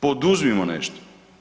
Poduzmimo nešto.